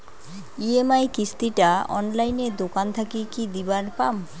EMI কিস্তি টা অনলাইনে দোকান থাকি কি দিবার পাম?